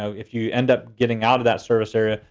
so if you end up getting out of that service area,